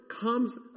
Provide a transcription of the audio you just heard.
comes